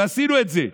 ועשינו את זה,